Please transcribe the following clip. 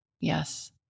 Yes